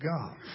God